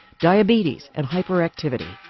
diabetes and hyperactivity.